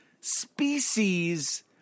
species